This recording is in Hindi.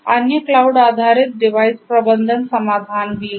अन्य क्लाउड आधारित डिवाइस प्रबंधन समाधान भी हैं